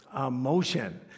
motion